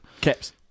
caps